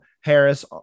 harris